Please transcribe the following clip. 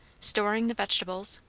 storing the vegetables,